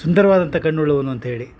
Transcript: ಸುಂದರವಾದಂಥ ಕಣ್ಣು ಉಳ್ಳವನು ಅಂತ್ಹೇಳಿ